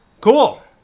cool